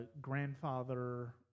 grandfather